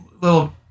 little